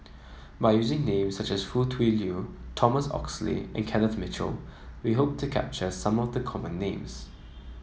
by using names such as Foo Tui Liew Thomas Oxley and Kenneth Mitchell we hope to capture some of the common names